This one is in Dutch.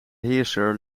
heerser